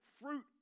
fruit